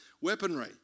weaponry